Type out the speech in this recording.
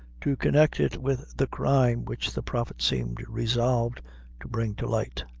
to connect it with the crime which the prophet seemed resolved to bring to light.